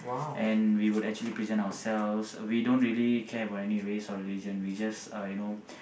and we would actually present ourselves uh we don't really care about any race or religion we just uh you know